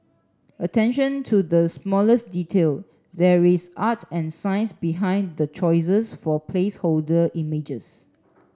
attention to the smallest detail there is art and science behind the choices for placeholder images